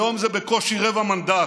היום זה בקושי רבע מנדט.